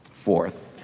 Fourth